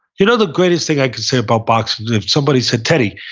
you know the greatest thing i can say about boxing? if somebody said, teddy,